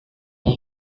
yang